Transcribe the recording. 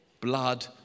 blood